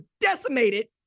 decimated